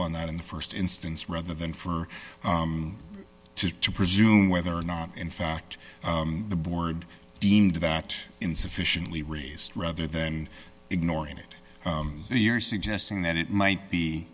on that in the st instance rather than for two to presume whether or not in fact the board deemed that insufficiently raised rather than ignoring it you're suggesting that it might be